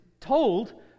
told